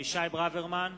אבישי ברוורמן,